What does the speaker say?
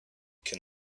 can